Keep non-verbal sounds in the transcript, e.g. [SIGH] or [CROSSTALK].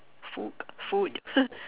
food food [LAUGHS]